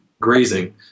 grazing